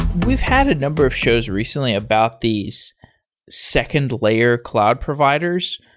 we've had a number of shows recently about these second layer cloud providers,